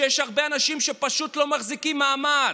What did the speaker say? כי יש הרבה אנשים שפשוט לא מחזיקים מעמד.